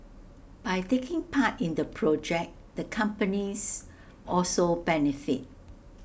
by taking part in the project the companies also benefit